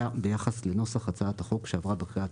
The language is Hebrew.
ביחס לנוסח הצעת החוק שעברה בקריאה הטרומית,